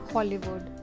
Hollywood